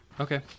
Okay